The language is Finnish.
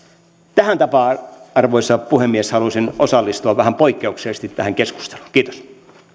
tähän tapaan arvoisa puhemies halusin osallistua vähän poikkeuksellisesti tähän keskusteluun kiitos ilmeisesti oli